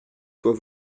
soit